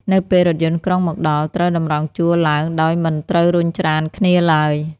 នៅពេលរថយន្តក្រុងមកដល់ ត្រូវតម្រង់ជួរឡើងដោយមិនត្រូវរុញច្រានគ្នាឡើយ។